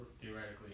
theoretically